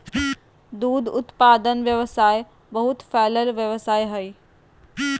दूध उत्पादन व्यवसाय बहुत फैलल व्यवसाय हइ